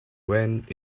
went